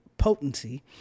Potency